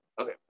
okay